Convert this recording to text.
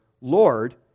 Lord